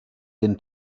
den